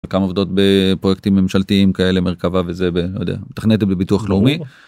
וכמה עובדות בפרוייקטים ממשלתיים כאלה מרכבה וזה ב..לא יודע תכנתת בביטוח לאומי.